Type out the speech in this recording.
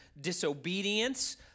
disobedience